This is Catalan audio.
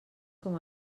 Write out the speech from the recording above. com